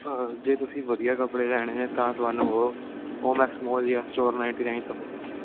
ਜੇ ਤੁਸੀਂ ਵਧੀਆ ਕੱਪੜੇ ਲੈਣੇ ਨੇ ਤਾਂ ਤੁਹਾਨੂੰ ਉਹ ਓਮੈਕਸ ਮੌਲ ਹੀ ਹੈ ਸਟੋਰ ਨਾਈਨਟੀ ਨਾਈਨ ਤੋਂ